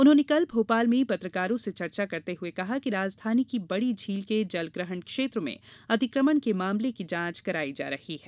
उन्होंने कल भोपाल में पत्रकारों से चर्चा करते हुए कहा कि राजधानी की बड़ी झील के जलग्रहण क्षेत्र में अतिक्रमण के मामले की जांच करायी जा रही है